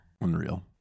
Unreal